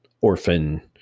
orphan